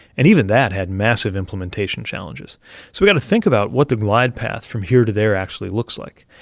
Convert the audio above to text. and even that had massive implementation challenges. so we got to think about what the glide path from here to there actually looks like.